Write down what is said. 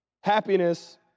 Happiness